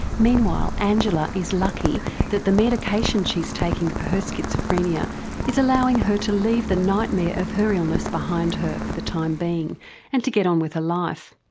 meanwhile angela is lucky that the medication she's taking for her schizophrenia is allowing her to leave the nightmare of her illness behind her for the time being and to get on with her life.